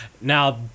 Now